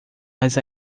mas